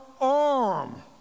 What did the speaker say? arm